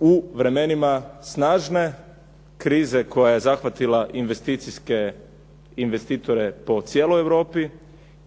u vremenima snažne krize koja je zahvatila investicijske investitore po cijelo Europi